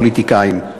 הפוליטיקאים.